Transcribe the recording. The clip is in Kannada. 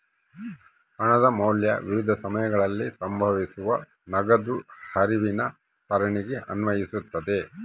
ಹಣದ ಮೌಲ್ಯ ವಿವಿಧ ಸಮಯಗಳಲ್ಲಿ ಸಂಭವಿಸುವ ನಗದು ಹರಿವಿನ ಸರಣಿಗೆ ಅನ್ವಯಿಸ್ತತೆ